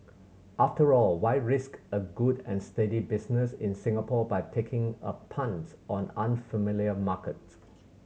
after all why risk a good and steady business in Singapore by taking a punt on an unfamiliar market